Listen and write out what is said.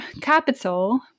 capital